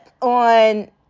on